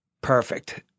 Perfect